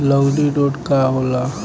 लगंड़ी रोग का होखे?